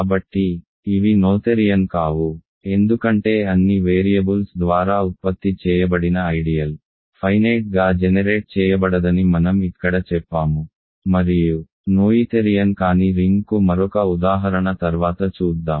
కాబట్టి ఇవి నోథెరియన్ కావు ఎందుకంటే అన్ని వేరియబుల్స్ ద్వారా ఉత్పత్తి చేయబడిన ఐడియల్ ఫైనేట్ గా జెనెరేట్ చేయబడదని మనం ఇక్కడ చెప్పాము మరియు నోయిథెరియన్ కాని రింగ్కు మరొక ఉదాహరణ తర్వాత చూద్దాం